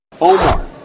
Omar